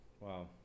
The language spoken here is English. Wow